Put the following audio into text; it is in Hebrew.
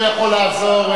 אתם לא מבינים כלום.